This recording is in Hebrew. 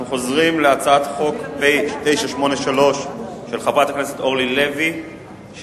אנחנו חוזרים להצעת חוק פ/983 של חברת הכנסת אורלי לוי אבקסיס,